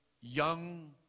young